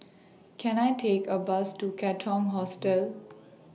Can I Take A Bus to Katong Hostel